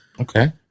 okay